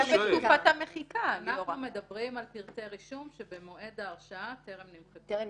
אנחנו מדברים על פרטי רישום שבמועד ההרשעה טרם נמחקו.